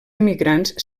emigrants